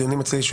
בדיונים אצלי,